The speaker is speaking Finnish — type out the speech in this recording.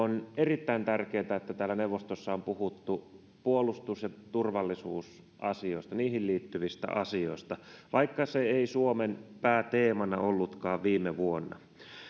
on erittäin tärkeätä että täällä neuvostossa on puhuttu puolustus ja turvallisuusasioista niihin liittyvistä asioista vaikka se ei suomen pääteemana ollutkaan viime vuonna